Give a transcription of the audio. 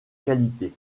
qualité